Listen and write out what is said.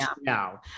No